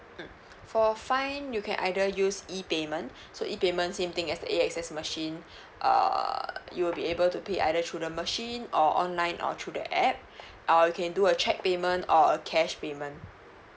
mm for fine you can either use E payment so E payment same thing as the A_X_S machine err you will be able to pay either through the machine or online or through the app or you can do a cheque payment or a cash payment